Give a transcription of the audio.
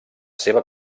seva